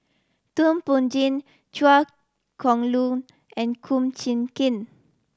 Thum Ping Tjin Chua Chong Long and Kum Chee Kin